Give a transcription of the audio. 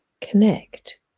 connect